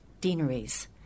deaneries